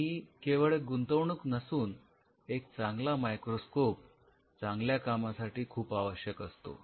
ही केवळ एक गुंतवणूक नसून एक चांगला मायक्रोस्कोप चांगल्या कामासाठी खूप आवश्यक असतो